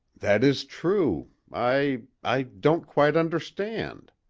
that is true. i i don't quite understand.